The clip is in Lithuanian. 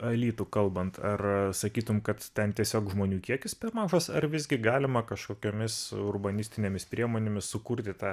alytų kalbant ar sakytum kad ten tiesiog žmonių kiekis per mažas ar visgi galima kažkokiomis urbanistinėmis priemonėmis sukurti tą